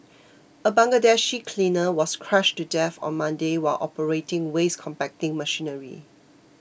a Bangladeshi cleaner was crushed to death on Monday while operating waste compacting machinery